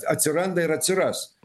atsiranda ir atsiras